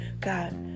God